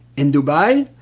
in dubai,